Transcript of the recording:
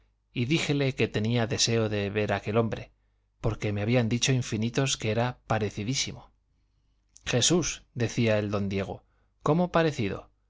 y díjele que tenía deseo de ver aquel hombre porque me habían dicho infinitos que le era parecidísimo jesús decía el don diego cómo parecido